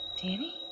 Danny